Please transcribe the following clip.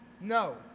No